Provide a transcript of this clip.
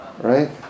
Right